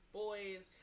boys